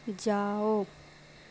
جاؤ